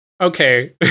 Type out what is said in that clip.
okay